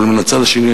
אבל מן הצד השני,